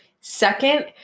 Second